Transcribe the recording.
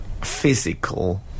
physical